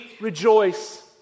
Rejoice